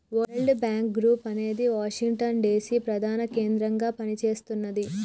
world Bank Group అనేది Washington DC ప్రధాన కేంద్రంగా పనిచేస్తున్నది